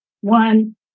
one